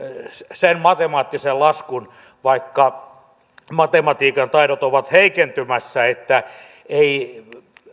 sen matemaattisen laskun vaikka matematiikan taidot ovat heikentymässä että ei